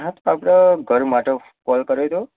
હા તો આપણે ઘર માટે કોલ કર્યો હતો